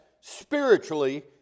spiritually